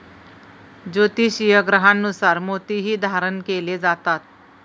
ज्योतिषीय ग्रहांनुसार मोतीही धारण केले जातात